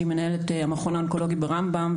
מנהלת המכון האונקולוגי ברמב"ם,